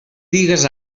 digues